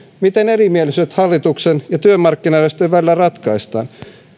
miten erimielisyydet hallituksen ja työmarkkinajärjestöjen välillä ratkaistaan